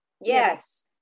Yes